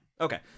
Okay